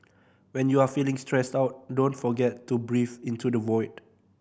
when you are feeling stressed out don't forget to breathe into the void